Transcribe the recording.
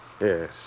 Yes